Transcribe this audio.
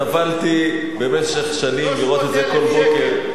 סבלתי במשך שנים לראות את זה כל בוקר.